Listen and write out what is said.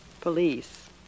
police